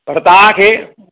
पर तव्हांखे